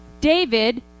David